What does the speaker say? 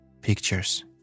pictures